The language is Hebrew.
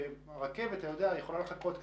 והרכבת יכולה לחכות קצת,